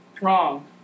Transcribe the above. Wrong